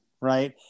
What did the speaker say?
Right